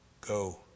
go